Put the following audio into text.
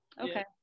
Okay